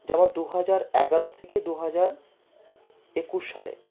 যেমন দু হাজার এগারো থেকে দু হাজার একুশ সালে